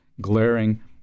glaring